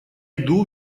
иду